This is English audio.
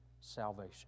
salvation